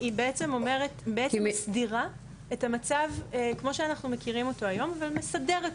היא בעצם מסדירה את המצב כמו שאנחנו מכירים אותו היום אבל מסדרת אותו,